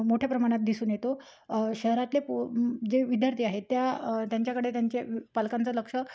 मोठ्या प्रमाणात दिसून येतो शहरातले पो जे विद्यार्थी आहेत त्या त्यांच्याकडे त्यांचे पालकांचं लक्ष